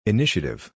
Initiative